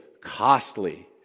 costly